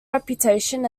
reputation